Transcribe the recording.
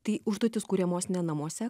tai užduotys kuriamos ne namuose